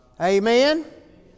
Amen